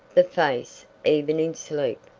the face, even in sleep,